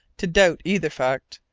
to doubt either fact,